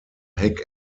heck